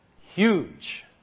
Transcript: huge